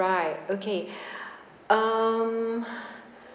right okay um